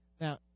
Now